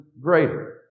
greater